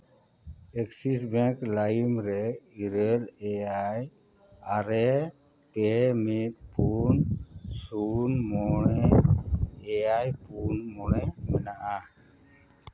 Axis bank ᱞᱟᱭᱤᱢ ᱨᱮ ᱤᱨᱟᱹᱞ ᱮᱭᱟᱭ ᱟᱨᱮ ᱯᱮ ᱢᱤᱫ ᱯᱩᱱ ᱥᱩᱱ ᱢᱚᱬᱮ ᱮᱭᱟᱭ ᱯᱩᱱ ᱢᱚᱬᱮ ᱢᱮᱱᱟᱜᱼᱟ